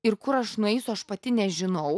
ir kur aš nueisiu aš pati nežinau